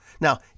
Now